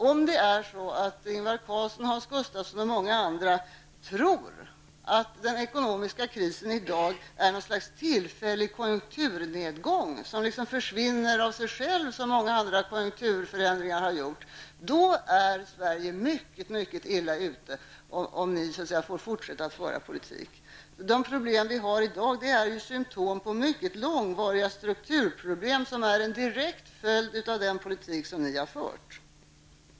Om Ingvar Carlsson, Hans Gustafsson och många andra tror att den ekonomiska krisen i dag är något slags tillfällig konjunkturnedgång som liksom försvinner av sig själv, som många andra konjunkturförändringar har gjort, då är Sverige mycket illa ute -- om ni får fortsätta att föra politik. De problem vi har i dag är ju symtom på mycket långvariga strukturproblem, som är en direkt följd av den politik som ni har fört.